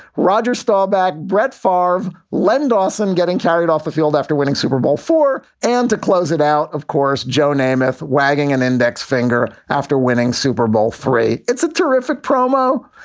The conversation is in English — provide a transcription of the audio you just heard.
roger staubach, brett farve, len dawson. getting carried off the field after winning super bowl four and to close it out. of course, joe namath wagging an index finger after winning super bowl three. it's a terrific promo.